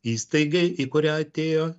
įstaigai į kurią atėjo